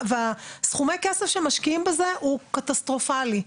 סכומי הכסף שמשקיעים בזה הוא קטסטרופלי.